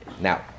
now